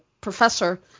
professor